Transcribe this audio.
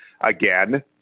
again